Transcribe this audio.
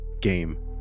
game